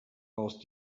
asked